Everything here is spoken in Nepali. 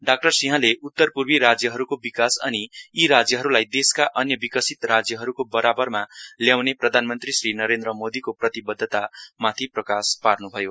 डाक्टर सिंहले उत्तर पूर्वी राज्यहरूको विकास अनि यी राज्यहरूलाई देशका अन्य विकसित राज्यहरूको बराबरमा ल्याउने प्रधानमन्त्री श्री नरेन्द्र मोदीको प्रतिवद्धतामाथि प्रकाश पार्न्भयो